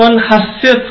पण हास्यचं का